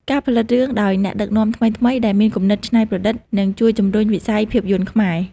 ការផលិតរឿងដោយអ្នកដឹកនាំថ្មីៗដែលមានគំនិតច្នៃប្រឌិតនឹងជួយជំរុញវិស័យភាពយន្តខ្មែរ។